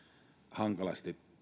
hankalasti